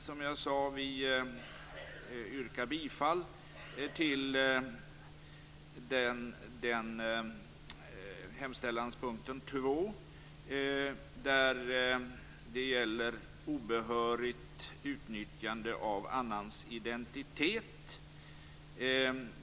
Som jag sade yrkar vi bifall till hemställanspunkt 2, som gäller obehörigt utnyttjande av annans identitet.